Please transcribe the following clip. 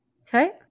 okay